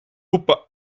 roepen